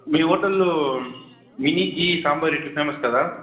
మీ హోటల్లో mini ghee sambar idli famous కదా